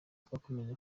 twakomeje